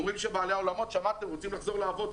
שמעתם שאומרים שבעלי האולמות רוצים לחזור לעבוד.